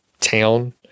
town